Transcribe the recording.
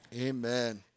Amen